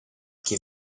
che